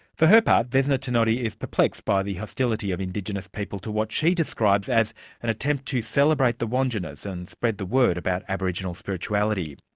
for her part, vesna tenodi is perplexed by the hostility of indigenous people to what she describes as an attempt to celebrate the wandjinas and spread the word about aboriginal spirituality.